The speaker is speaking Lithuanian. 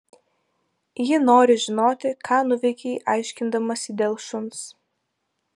ji nori žinoti ką nuveikei aiškindamasi dėl šuns